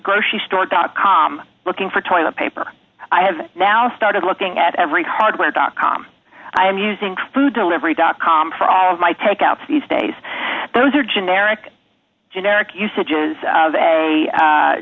grocery store dot com looking for toilet paper i have now started looking at every hard wired dot com i am using food delivery dot com for all of my takeout these days those are generic generic usages of a